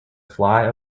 fly